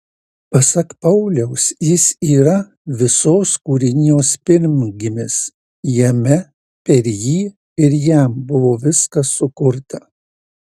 pasak pauliaus jis yra visos kūrinijos pirmgimis jame per jį ir jam buvo viskas sukurta